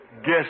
guess